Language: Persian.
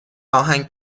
آهنگ